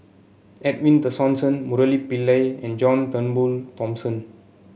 Edwin Tessensohn Murali Pillai and John Turnbull Thomson